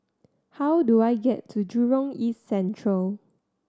how do I get to Jurong East Central